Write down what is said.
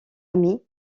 amis